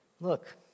look